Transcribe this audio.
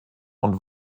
und